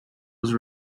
was